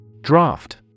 Draft